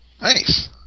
Nice